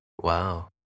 Wow